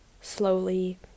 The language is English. slowly